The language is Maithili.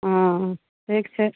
हँ ठीक छै